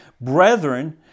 brethren